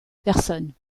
personnes